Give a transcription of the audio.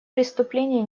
преступлений